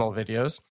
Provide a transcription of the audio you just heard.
videos